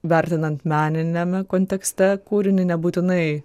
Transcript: vertinant meniniame kontekste kūrinį nebūtinai